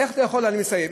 אני מסיים.